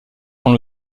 sont